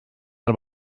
del